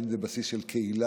אם זה על בסיס של קהילה,